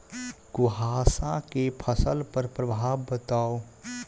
कुहासा केँ फसल पर प्रभाव बताउ?